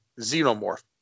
xenomorph